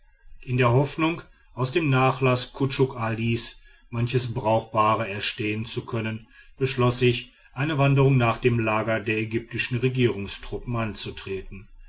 in der hoffnung aus dem nachlaß kutschuk alis manches brauchbare erstehen zu können beschloß ich eine wanderung nach dem lager der ägytptischen regierungstruppen anzutreten